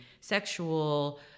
sexual